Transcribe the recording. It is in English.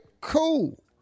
cool